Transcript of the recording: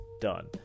done